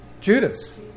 Judas